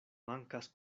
mankas